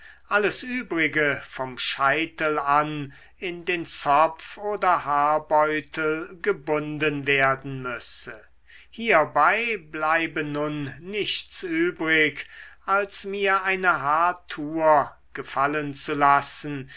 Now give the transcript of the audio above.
alles übrige vom scheitel an in den zopf oder haarbeutel gebunden werden müsse hierbei bleibe nun nichts übrig als mir eine haartour gefallen zu lassen